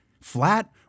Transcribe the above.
Flat